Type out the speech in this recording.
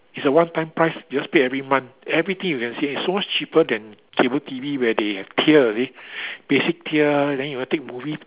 it's a one time price you just pay every month everything you can see it's so much cheaper than cable T_V where they have tier you see basic tier then you want to take movie